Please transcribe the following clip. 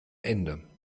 ende